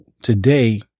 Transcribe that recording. today